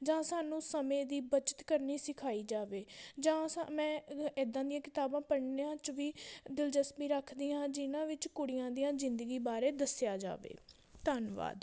ਜਾਂ ਸਾਨੂੰ ਸਮੇਂ ਦੀ ਬੱਚਤ ਕਰਨੀ ਸਿਖਾਈ ਜਾਵੇ ਜਾਂ ਸਾ ਮੈਂ ਇੱਦਾਂ ਦੀਆਂ ਕਿਤਾਬਾਂ ਪੜ੍ਹਨੀਆਂ 'ਚ ਵੀ ਦਿਲਜਸਪੀ ਰੱਖਦੀ ਹਾਂ ਜਿਨ੍ਹਾਂ ਵਿੱਚ ਕੁੜੀਆਂ ਦੀਆਂ ਜ਼ਿੰਦਗੀ ਬਾਰੇ ਦੱਸਿਆ ਜਾਵੇ ਧੰਨਵਾਦ